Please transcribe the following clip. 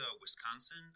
Wisconsin